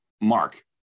Mark